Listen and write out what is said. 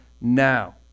now